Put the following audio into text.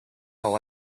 all